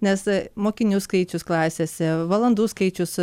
nes mokinių skaičius klasėse valandų skaičius